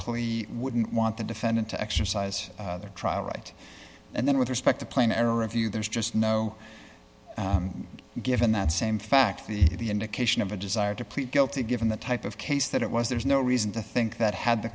plea wouldn't want the defendant to exercise their trial right and then with respect to plain error review there's just no given that same fact the indication of a desire to plead guilty given the type of case that it was there's no reason to think that had the